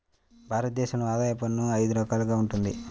భారత దేశంలో ఆదాయ పన్ను అయిదు రకాలుగా వుంటది